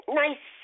nice